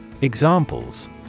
Examples